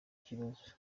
kibazo